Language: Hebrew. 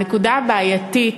הנקודה הבעייתית,